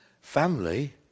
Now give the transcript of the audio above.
Family